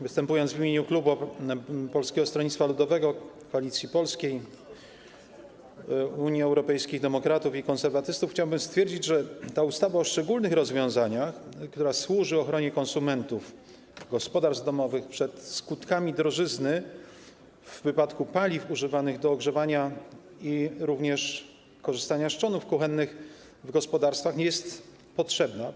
Występując w imieniu klubu Polskiego Stronnictwa Ludowego, Koalicji Polskiej, Unii Europejskich Demokratów i Konserwatystów, chciałbym stwierdzić, że ta ustawa o szczególnych rozwiązaniach, która służy ochronie konsumentów, gospodarstw domowych przed skutkami drożyzny, w wypadku paliw używanych do ogrzewania i również korzystania z trzonów kuchennych w gospodarstwach, jest potrzebna.